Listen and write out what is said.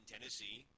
Tennessee